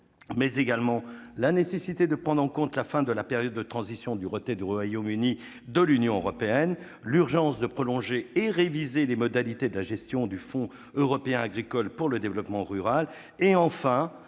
mais aussi la nécessité de prendre en compte la fin de la période de transition du retrait du Royaume-Uni de l'Union européenne et l'urgence de prolonger et de réviser les modalités de gestion du Fonds européen agricole pour le développement rural, sans